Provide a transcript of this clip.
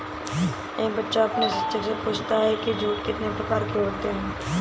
एक बच्चा अपने शिक्षक से पूछता है कि जूट कितने प्रकार के होते हैं?